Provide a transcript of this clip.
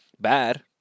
bad